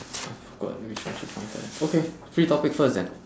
I forgot which one should come first okay free topic first then